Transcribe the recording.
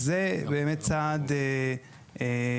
אז זה באמת צעד דרמטי.